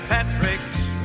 Patrick's